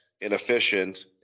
inefficient